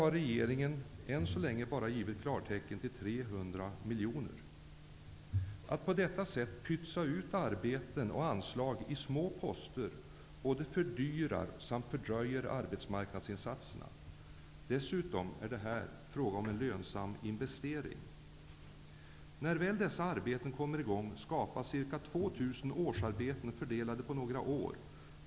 Regeringen har än så länge bara givit klartecken till 300 miljoner. Att på detta sätt pytsa ut arbeten och anslag i små poster både fördyrar och fördröjer arbetsmarknadsinsatserna. Dessutom är det i detta fall fråga om en lönsam investering. När väl dessa arbeten kommer i gång skapas ca 2 000 årsarbeten, fördelade på några år.